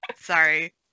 Sorry